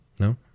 No